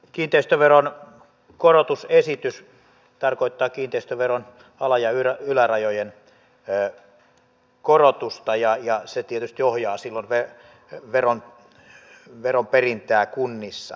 kiinteistöveron korotusesitys tarkoittaa kiinteistöveron ala ja ylärajojen korotusta ja se tietysti ohjaa silloin veron perintää kunnissa